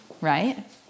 Right